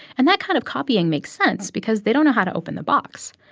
and that kind of copying makes sense because they don't know how to open the box.